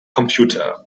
computer